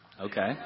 Okay